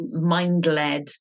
mind-led